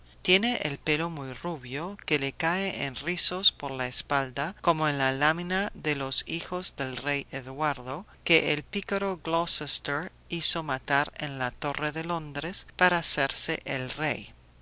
tiene el pelo muy rubio que le cae en rizos por la espalda como en la lámina de los hijos del rey eduardo que el pícaro gloucester hizo matar en la torre de londres para hacerse él rey